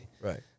Right